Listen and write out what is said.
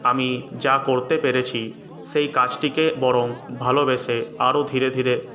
আমি যা করতে পেরেছি সেই কাজটিকে বরং ভালোবেসে আরও ধীরে ধীরে